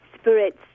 spirits